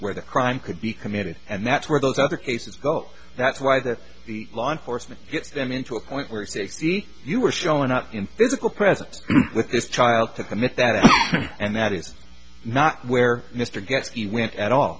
where the crime could be committed and that's where those other cases go that's why that the law enforcement gets them into a point where sixty you are showing up in physical presence with this child to commit that and that is not where mr gets he went at all